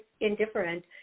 indifferent